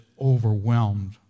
overwhelmed